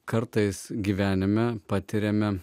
kartais gyvenime patiriame